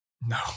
No